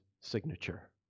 signature